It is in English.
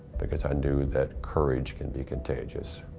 because i knew that courage can be contagious.